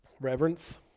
Reverence